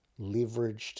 leveraged